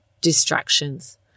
distractions